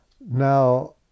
Now